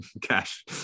cash